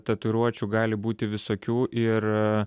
tatuiruočių gali būti visokių ir